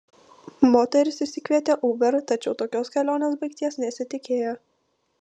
moteris išsikvietė uber tačiau tokios kelionės baigties nesitikėjo